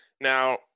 Now